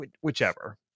whichever